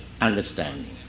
understanding